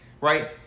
right